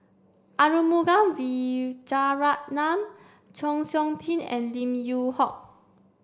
Arumugam Vijiaratnam Chng Seok Tin and Lim Yew Hock